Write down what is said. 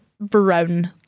brown